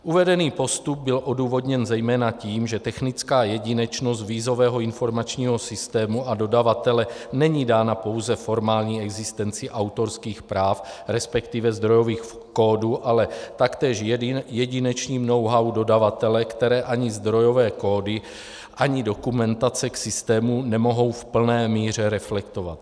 Uvedený postup byl odůvodněn zejména tím, že technická jedinečnost vízového informačního systému a dodavatele není dána pouze formální existencí autorských práv, resp. zdrojových kódů, ale taktéž jedinečným knowhow dodavatele, které ani zdrojové kódy ani dokumentace k systému nemohou v plné míře reflektovat.